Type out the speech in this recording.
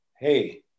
hey